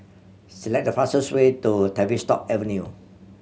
select the fastest way to Tavistock Avenue